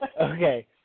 Okay